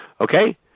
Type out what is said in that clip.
Okay